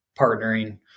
partnering